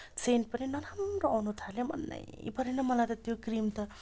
saint पनि नराम्रो आउनु थाल्यो मन नै परेन मलाई त त्यो क्रिम त